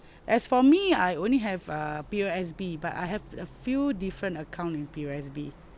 as for me I only have err P_O_S_B but I have a few different account in P_O_S_B